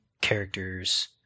characters